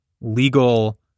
legal